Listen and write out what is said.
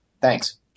Thanks